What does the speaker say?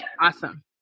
awesome